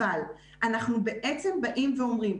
אבל אנחנו בעצם באים ואומרים,